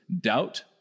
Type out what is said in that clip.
doubt